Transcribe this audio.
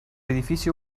edificio